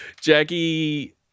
Jackie